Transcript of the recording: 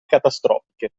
catastrofiche